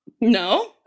No